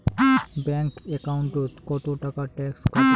Bank একাউন্টত কতো টাকা ট্যাক্স কাটে?